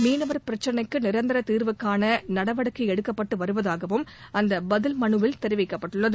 மீனவர் பிரச்சினைக்கு நிரந்தர தீாவுகாண நடவடிக்கை எடுக்கப்பட்டு வருவதாகவும் அந்த பதில் மனுவில் தெரிவிக்கப்பட்டுள்ளது